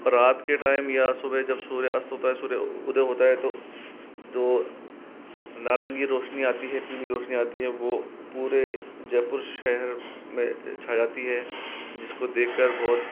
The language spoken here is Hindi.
रात के टाईम या सुबह जब सूर्य अस्त होता है सूर्य उदय होता है तो जो नारंगी रौशनी आती है पीली रौशनी आती है वह पूरे जयपुर शहर में छा जाती है जिसको देखकर बहुत